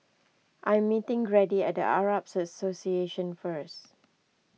I am meeting Grady at the Arab Association first